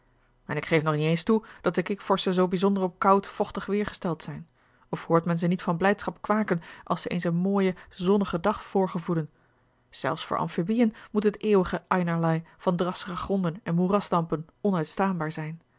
en ik geef nog niet eens toe dat de kikvorschen zoo bijzonder op koud vochtig weer gesteld zijn of hoort men ze niet van blijdschap kwaken als ze eens een mooien zonnigen dag vrgevoelen zelfs voor amphibieën moet het eeuwige einerlei van drassige gronden en moerasdampen onuitstaanbaar zijn